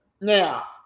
Now